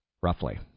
roughly